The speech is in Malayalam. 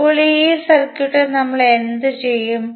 ഇപ്പോൾ ഈ സർക്യൂട്ടിൽ നമ്മൾ എന്തു ചെയ്യും